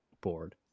board